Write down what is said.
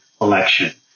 election